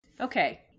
okay